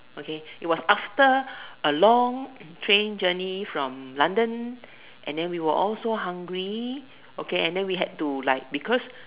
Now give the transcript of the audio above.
okay it was after a long train journey from London and then we were all so hungry okay and then we had to like because